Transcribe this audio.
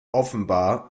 offenbar